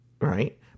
Right